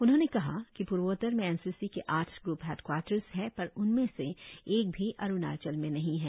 उन्होंने कहा कि पूर्वोत्तर में एन सी सी के आठ ग्र्प हेडक्वार्टर्स है पर उनमे से एक भी अरुणाचल में नही है